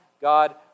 God